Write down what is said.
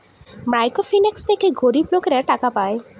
micro finance থেকে গরিব লোকেরা টাকা পায়